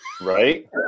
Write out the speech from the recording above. right